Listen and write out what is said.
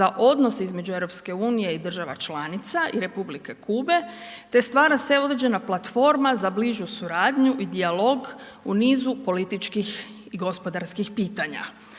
za odnos između EU-a i država članica i Republike Kube te stvara se određena platforma za bližu suradnju i dijalog u nizu političkih i gospodarskih pitanja.